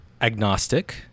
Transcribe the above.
agnostic